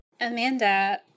Amanda